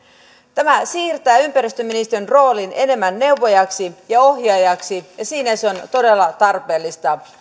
tämä siirtää ympäristöministeriön roolin enemmän neuvojaksi ja ohjaajaksi ja siinä se on todella tarpeellinen